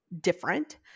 different